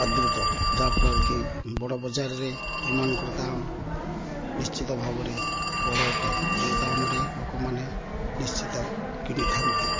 ଆଦୃତ ଯାହାଫଳରେ କି ବଡ଼ ବଜାରରେ ଏମାନଙ୍କର ଦାମ ନିଶ୍ଚିତ ଭାବରେ ବଡ଼ ଅଟେ ଯେଉଁ ଦାମରେ ଲୋକମାନେ ନିଶ୍ଚିତ କିଣିଥାନ୍ତି